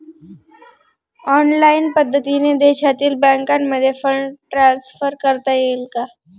Online पद्धतीने देशातील बँकांमध्ये फंड ट्रान्सफर करता येईल का?